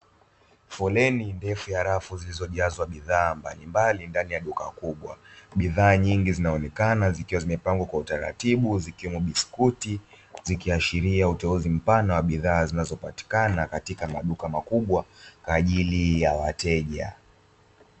Foleni ndefu ya rafu zilizojazwa bidhaa mbalimbali ndani ya duka kubwa, bidhaa nyingi zinaonekana zikiwa zimepangwa kwa utaratibu zikiwemo biskuti, zikiashiria uteuzi mpana wa bidhaa zinazopatikana katika maduka makubwa kwa ajili ya wateja.